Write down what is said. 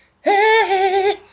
hey